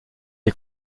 est